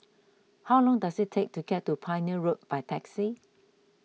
how long does it take to get to Pioneer Road by taxi